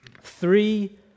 three